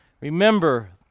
Remember